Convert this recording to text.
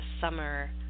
Summer